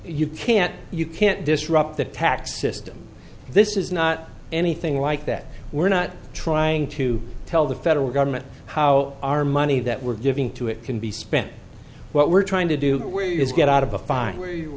you can't you can't disrupt the tax system this is not anything like that we're not trying to tell the federal government how our money that we're giving to it can be spent what we're trying to do where you get out of a fire where you